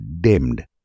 dimmed